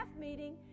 meeting